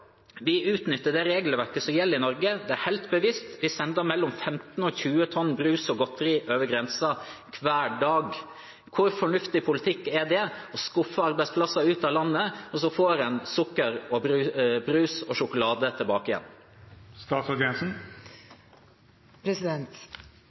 Vi utnytter regelverket som gjelder i Norge, det er helt bevisst, vi sender mellom 15 tonn og 20 tonn brus og godteri over grensen hver dag. Hvor fornuftig politikk er det å skuffe arbeidsplasser ut av landet – og en får sukker, brus og sjokolade tilbake?